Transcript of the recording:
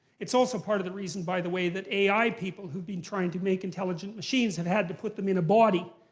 it's also part of the reason, by the way, that ai people who've been trying to make intelligent machines have had to put them in a body.